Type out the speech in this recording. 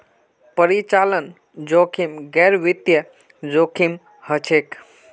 परिचालन जोखिम गैर वित्तीय जोखिम हछेक